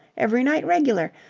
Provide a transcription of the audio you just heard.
every night regular.